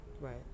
right